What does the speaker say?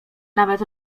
nawet